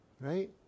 Right